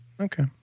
okay